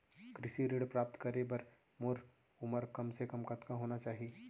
कृषि ऋण प्राप्त करे बर मोर उमर कम से कम कतका होना चाहि?